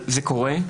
קורה,